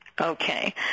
Okay